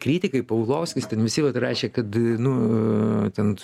kritikai paulovskis ten visi vat rašė kad nu ten